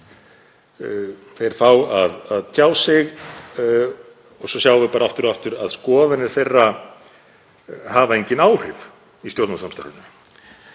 Þeir fá að tjá sig og svo sjáum við bara aftur og aftur að skoðanir þeirra hafa engin áhrif í stjórnarsamstarfinu.